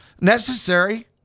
Necessary